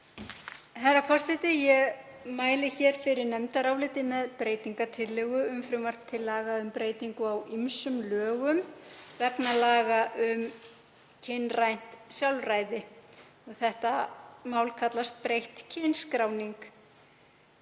Herra forseti. Ég mæli hér fyrir nefndaráliti með breytingartillögu um frumvarp til laga um breytingu á ýmsum lögum vegna laga um kynrænt sjálfræði Þetta mál kallast breytt kynskráning.